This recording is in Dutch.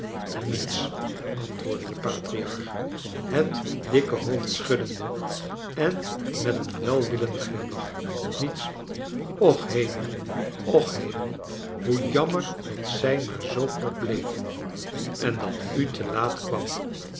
niets antwoorddc de patriarch het dikke hoofd schuddende en met een welwillenden glimlach niets och kernel och kernel hoe jammer dat zij maar zoo kort bleef en dat u te laat kwaiii